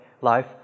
life